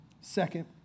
Second